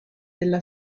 della